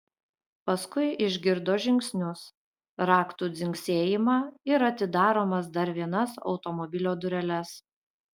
paskui išgirdo žingsnius raktų dzingsėjimą ir atidaromas dar vienas automobilio dureles